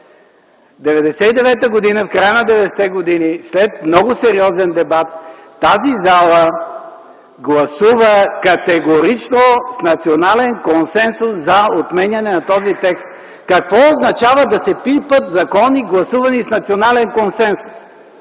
90-те години, през 1999 г. след много сериозен дебат тази зала гласува категорично, с национален консенсус „за” отменянето на този текст. Какво означава да се пипат закони, гласувани с национален консенсус?!